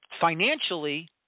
financially